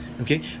okay